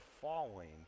falling